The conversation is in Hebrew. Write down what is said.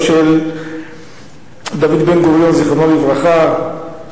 בנו תלי-תלים של תוכניות וחלומות על העיר שעוד לא הוקמה.